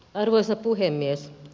arvoisa puhemies